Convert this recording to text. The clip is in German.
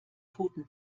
toten